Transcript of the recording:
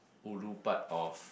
ulu part of